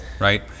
right